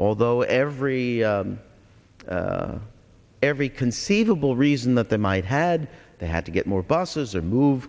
although every every conceivable reason that they might had they had to get more buses or move